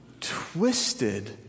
twisted